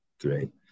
great